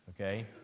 Okay